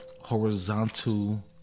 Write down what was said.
horizontal